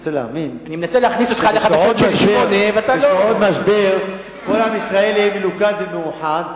ורוצה להאמין שבשעת משבר כל עם ישראל יהיה מלוכד ומאוחד,